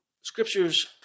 scriptures